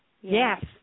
Yes